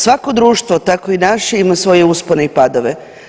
Svako društvo, tako i naše, ima svoje uspone i padove.